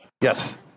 Yes